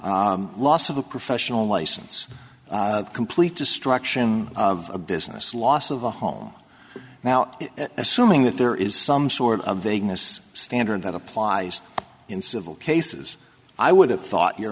custody loss of a professional license complete destruction of a business loss of a home now assuming that there is some sort of vagueness standard that applies in civil cases i would have thought your